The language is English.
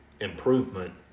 improvement